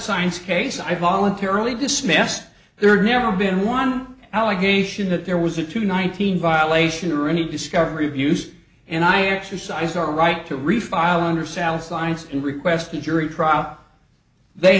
science case i voluntarily dismissed there never been one allegation that there was a to nineteen violation or any discovery of use and i exercise our right to refile under saddle science and request a jury trial they